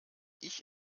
ich